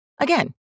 Again